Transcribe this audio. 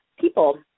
people